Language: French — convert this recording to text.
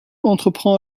entreprend